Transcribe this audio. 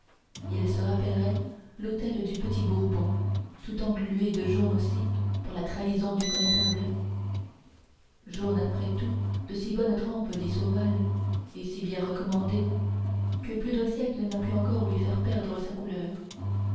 il se rappellerait l'hôtel du petit bourbon tout englué de jaune aussi pour la trahison du connétable jaune après tout de si bonne trempe dit sauval et si bien recommandé que plus d'un siècle n'a pu encore lui faire perdre sa couleur